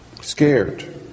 scared